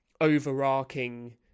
overarching